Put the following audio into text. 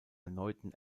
erneuten